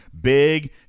big